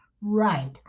Right